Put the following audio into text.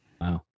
Wow